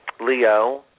Leo